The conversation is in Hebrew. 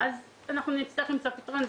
נצטרך למצוא פתרון.